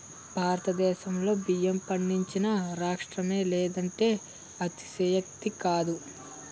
భారతదేశంలో బియ్యం పండించని రాష్ట్రమే లేదంటే అతిశయోక్తి కాదు